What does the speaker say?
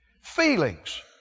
feelings